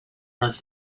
was